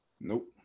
Nope